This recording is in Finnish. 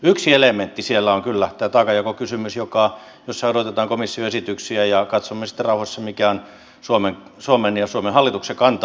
yksi elementti siellä on kyllä tämä taakanjakokysymys jossa odotetaan komission esityksiä ja katsomme sitten rauhassa mikä on suomen ja suomen hallituksen kanta